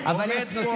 לא, אני עונה לו.